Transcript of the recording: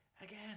again